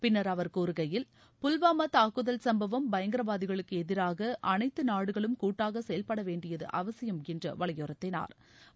பின்னர் அவர் கூறுகையில் புல்வாமா தாக்குதல் சும்பவம் பயங்கரவாதிகளுக்கு எதிராக அனைத்து நாடுகளும் கூட்டாக செயல்படவேண்டியது அவசியம் என்று வலியுறுத்தினாா்